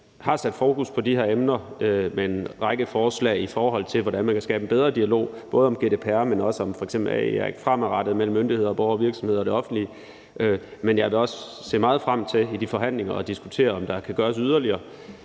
har sat fokus på de her emner med en række forslag til, hvordan man kan skabe en bedre dialog om både GDPR, men også om f.eks. AI fremadrettet mellem myndigheder, borgere, virksomheder og det offentlige. Men jeg vil også se meget frem til i de forhandlinger at diskutere, om der kan gøres noget yderligere.